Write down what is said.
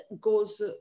goes